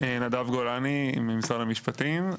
נדב גולני ממשרד המשפטים,